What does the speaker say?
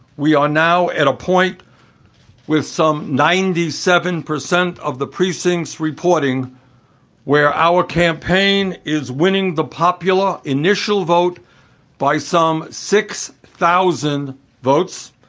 we are now at a point with some ninety seven percent of the precincts reporting where our campaign is winning the popular initial vote by some six thousand votes.